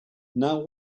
now